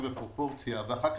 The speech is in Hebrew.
כל,